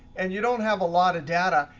and you don't have a lot of data,